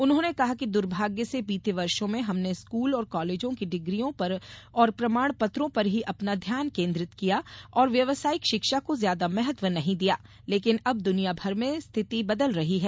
उन्होंने कहा कि दुर्भाग्य से बीते वर्षो में हमने स्कूल और कॉलेजों की डिग्रियों और प्रमाण पत्रों पर ही अपना ध्यान केन्द्रित किया और व्यावसायिक शिक्षा को ज्यादा महत्व नहीं दिया लेकिन अब दुनिया भर में स्थिति बदल रही है